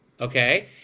okay